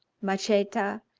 macheta,